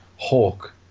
Hawk